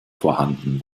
vorhanden